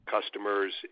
customers